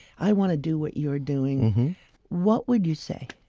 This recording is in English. i want to do what you're doing what would you say?